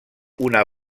una